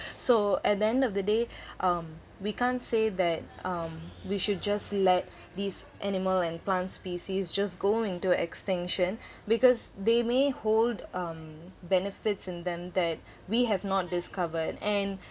so at the end of the day um we can't say that um we should just let this animal and plant species just go into extinction because they may hold um benefits in them that we have not discovered and